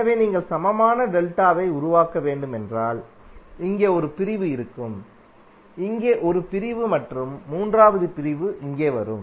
எனவே நீங்கள் சமமான டெல்டா வை உருவாக்க வேண்டும் என்றால் இங்கே ஒரு பிரிவு இருக்கும் இங்கே ஒரு பிரிவு மற்றும் மூன்றாவது பிரிவு இங்கே வரும்